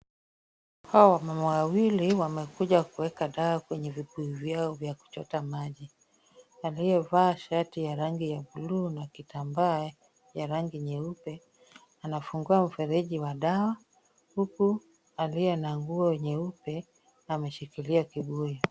Hawa wamama wawili wamekuja kuweka dawa kwenye vibuyu vyao vya kuchota maji. Aliyevaa shati ya rangi ya blue na kitambaa ya rangi nyeupe, anafungua mfereji wa dawa, huku aliye na nguo nyeupe ameshikilia kibuyu.